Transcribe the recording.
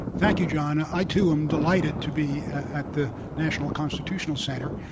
thank you, john. i too am delighted to be at the national constitutional center.